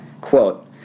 Quote